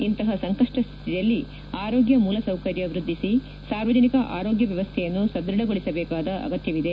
ಇಂತಹ ಸಂಕಷ್ಷಸ್ಥಿತಿಯಲ್ಲಿ ಆರೋಗ್ಯ ಮೂಲ ಸೌಕರ್ಯ ವೃದ್ದಿಸಿ ಸಾರ್ವಜನಿಕ ಆರೋಗ್ಯ ವ್ಯವಸ್ಥೆಯನ್ನು ಸದೃಢಗೊಳಸಬೇಕಾದ ಅಗತ್ಯವಿದೆ